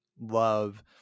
love